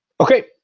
Okay